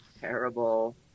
terrible